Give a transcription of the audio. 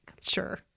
Sure